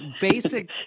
basic